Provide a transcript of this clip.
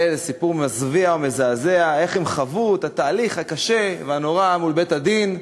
וסיפור מזוויע ומזעזע איך הם חוו את התהליך הקשה והנורא מול בית-הדין,